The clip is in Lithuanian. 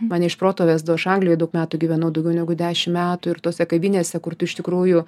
mane iš proto vesdavo aš anglijoj daug metų gyvenau daugiau negu dešimt metų ir tose kavinėse kur tu iš tikrųjų